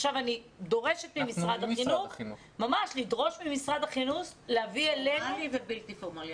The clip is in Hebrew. עכשיו אני דורשת ממשרד החינוך להביא אלינו --- פורמלי ובלתי פורמלי.